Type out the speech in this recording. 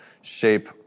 shape